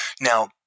Now